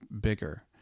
bigger